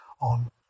on